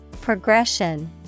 Progression